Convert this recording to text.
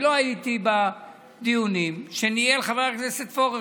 אני לא הייתי בדיונים שניהל חבר הכנסת פורר,